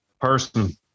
person